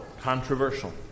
controversial